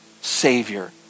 savior